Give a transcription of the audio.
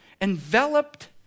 enveloped